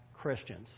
Christians